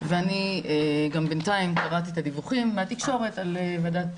ואני בינתיים גם קראתי את הדיווחים מהתקשורת על ועדת